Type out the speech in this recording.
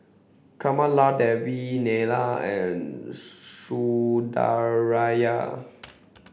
Kamaladevi Neila and Sundaraiah